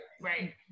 Right